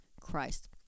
christ